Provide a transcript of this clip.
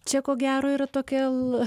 čia ko gero yra tokie la